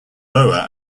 lower